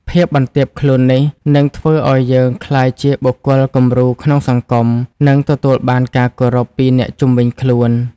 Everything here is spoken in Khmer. ភាពបន្ទាបខ្លួននេះ នឹងធ្វើឲ្យយើងក្លាយជា បុគ្គលគំរូក្នុងសង្គម និងទទួលបានការគោរពពីអ្នកជុំវិញខ្លួន។